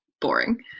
boring